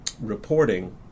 reporting